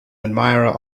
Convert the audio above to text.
admirer